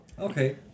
Okay